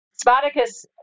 Spartacus